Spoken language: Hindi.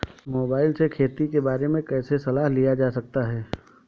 मोबाइल से खेती के बारे कैसे सलाह लिया जा सकता है?